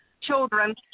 children